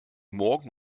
morgen